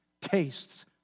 tastes